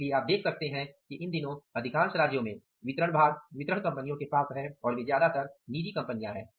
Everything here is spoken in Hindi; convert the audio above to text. इसलिए आप देख सकते हैं कि इन दिनों अधिकांश राज्यों में वितरण भाग वितरण कंपनियों के पास है और वे ज़्यादातर निजी कंपनियां हैं